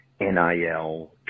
NIL